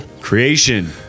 Creation